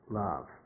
love